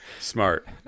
smart